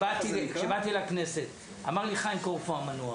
כשבאתי לכנסת אמר לי חיים קורפו המנוח,